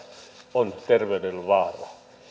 on terveys vaarassa